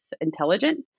intelligent